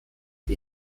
die